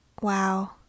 Wow